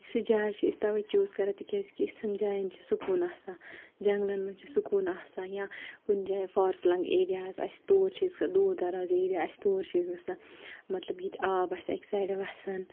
یِژھٕ جاے چھِ أسۍ تَوَے چوٗز کَران تِکیٛازِکہِ ِژھَن جایَن چھِ سکوٗن آسان جنٛگلَن منٛز چھِ سکوٗن آسان یا کُنہِ جایہِ فارفٕلَنٛگ ایریاہَس اَسہِ تور چھِ أسۍ دوٗر دَراز ایریا اَسہِ تور چھِ أسۍ گَژھان مطلب ییٚتہِ آب آسہِ اَکہِ سایڈٕ وَسان